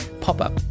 pop-up